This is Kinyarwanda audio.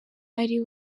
ari